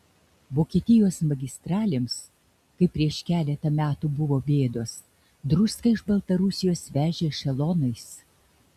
vokietijos magistralėms kai prieš keletą metų buvo bėdos druską iš baltarusijos vežė ešelonais